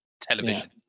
television